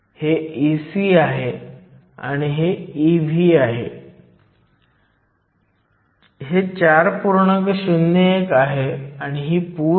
तर 120 cm2 V 1 s 1 μh हे 440 cm2 V 1 s 1 आणि Eg हे 1